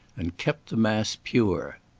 and kept the mass pure.